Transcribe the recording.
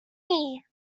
yummy